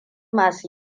masu